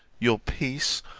your peace,